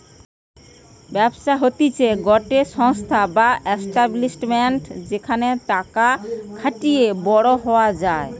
ব্যবসা হতিছে গটে সংস্থা বা এস্টাব্লিশমেন্ট যেখানে টাকা খাটিয়ে বড়ো হওয়া যায়